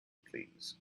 please